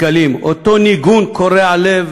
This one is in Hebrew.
אותו ניגון קורע לב,